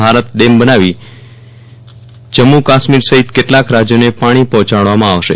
Bharat dam બનાવી જમ્મ કાશ્મોર સહિત કેટલાક રાજયોને પાણી પહોંચાડવામાં આવશે